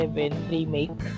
Remake